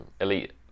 elite